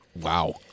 Wow